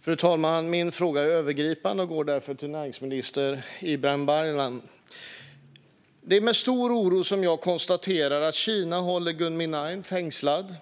Fru talman! Min fråga är övergripande och går därför till näringsminister Ibrahim Baylan. Det är med stor oro jag konstaterar att Kina håller Gui Minhai fängslad.